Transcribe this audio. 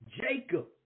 Jacob